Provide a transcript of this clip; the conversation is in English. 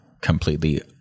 completely